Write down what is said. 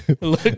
Look